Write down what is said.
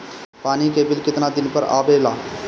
पानी के बिल केतना दिन पर आबे ला?